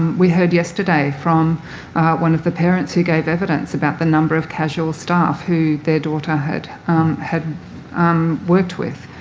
we heard yesterday from one of the parents who gave evidence about the number of casual staff who their daughter had had worked with,